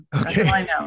Okay